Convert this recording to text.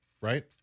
right